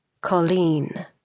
Colleen